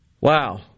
Wow